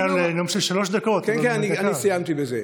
שלוש דקות, אבל, כן, אני סיימתי בזה.